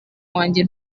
wanjye